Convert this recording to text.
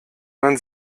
man